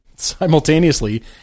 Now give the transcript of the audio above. Simultaneously